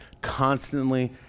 constantly